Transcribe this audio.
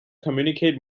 communicate